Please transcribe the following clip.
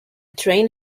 train